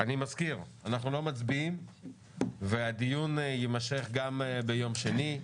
מזכיר לכולם שלא תהיה הצבעה היום ושהדיון יימשך גם ביום שני.